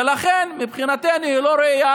ולכן מבחינתנו היא לא ראויה